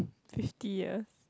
fifty years